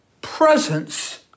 presence